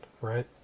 Right